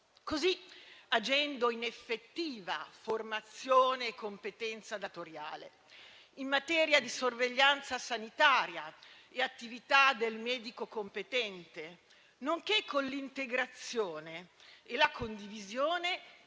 Così agendo in effettiva formazione e competenza datoriale in materia di sorveglianza sanitaria e attività del medico competente, nonché con l'integrazione e la condivisione